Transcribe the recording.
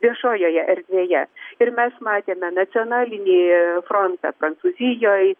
viešojoje erdvėje ir mes matėme nacionalinį frontą prancūzijoj